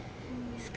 mm